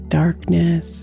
darkness